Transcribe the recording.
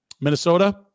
Minnesota